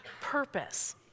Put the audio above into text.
purpose